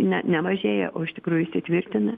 ne nemažėja o iš tikrųjų įsitvirtina